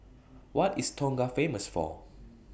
What IS Tonga Famous For